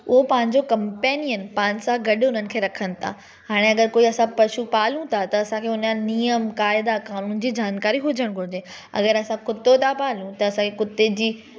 उहे पंहिंजो कंपेनिअन पाण सां गॾु हुननि खे रखनि था हाणे अगरि असां कोई पशु पालूं था त असांखे हुन जा नेम क़ाइदा कानून जी जानकारी हुजणु घुरिजे अगरि असां कुतो था पालूं त असांखे कुते जी